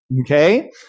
okay